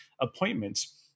appointments